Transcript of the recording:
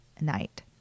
night